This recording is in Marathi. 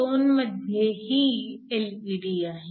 २ मध्ये एलईडी आहे